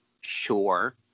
sure